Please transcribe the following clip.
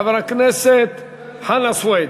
חבר הכנסת חנא סוייד,